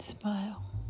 smile